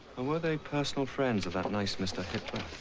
or were they personal friends of that nice mr. hitler?